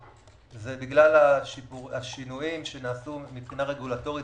זה בגלל השינויים שנעשו מבחינה רגולטורית